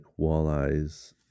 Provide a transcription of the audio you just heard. walleyes